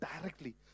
directly